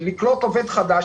אנחנו רוצים לקלוט עובד חדש,